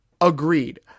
Agreed